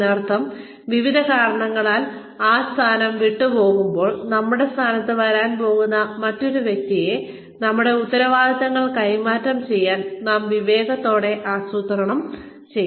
അതിനർത്ഥം വിവിധ കാരണങ്ങളാൽ ആ സ്ഥാനം വിട്ടുപോകുമ്പോൾ നമ്മുടെ സ്ഥാനത്ത് വരാൻ പോകുന്ന മറ്റൊരു വ്യക്തിയെ നമ്മുടെ ഉത്തരവാദിത്തങ്ങൾ കൈമാറാൻ നാം വിവേകത്തോടെ ആസൂത്രണം ചെയ്യണം